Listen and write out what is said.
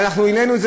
ואנחנו העלינו את זה,